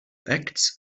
acts